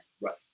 Right